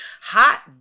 Hot